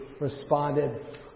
responded